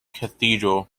cathedral